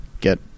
get